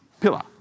pillar